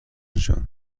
میشوند